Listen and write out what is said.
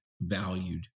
valued